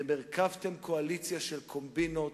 אתם הרכבתם קואליציה של קומבינות,